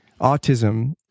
autism